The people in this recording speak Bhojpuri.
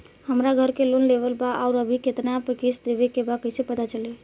हमरा घर के लोन लेवल बा आउर अभी केतना किश्त देवे के बा कैसे पता चली?